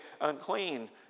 unclean